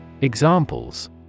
Examples